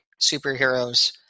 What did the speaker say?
superheroes